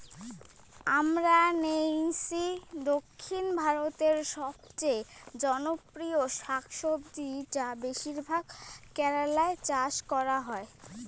আমরান্থেইসি দক্ষিণ ভারতের সবচেয়ে জনপ্রিয় শাকসবজি যা বেশিরভাগ কেরালায় চাষ করা হয়